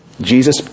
Jesus